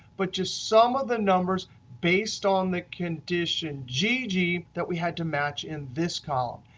but just some of the numbers based on the condition gigi that we had to match and this column.